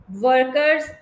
workers